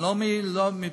לא בתוכו.